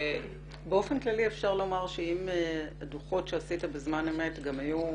באופן כללי אפשר לומר שאם הדוחות שעשית בזמן אמת גם היו